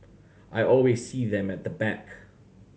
I always see them at the back